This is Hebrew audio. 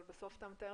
אבל בסוף אתה מתאר